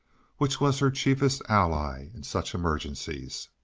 which was her chiefest ally in such emergencies.